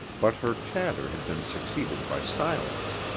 but her chatter had been succeeded by silence.